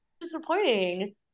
disappointing